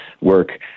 work